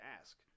ask